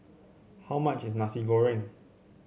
how much is Nasi Goreng